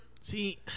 See